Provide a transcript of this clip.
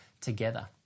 together